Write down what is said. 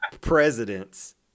presidents